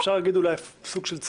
אפשר להגיד אולי אף בסוג של צער,